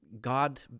God